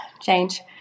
Change